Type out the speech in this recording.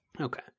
Okay